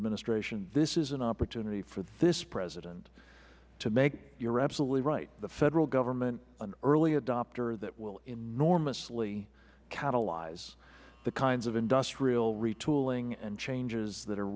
administration this is an opportunity for this president to make you are absolutely right the federal government an early adopter that will enormously catalyze the kinds of industrial retooling and changes that are